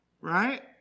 Right